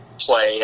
play